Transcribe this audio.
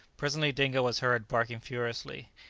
presently dingo was heard barking furiously.